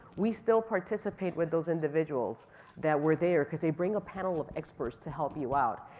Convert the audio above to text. we still participate with those individuals that were there cause they bring a panel of experts to help you out,